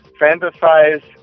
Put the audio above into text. Fantasize